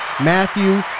Matthew